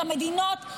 את המדינות.